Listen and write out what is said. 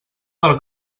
del